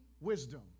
wisdom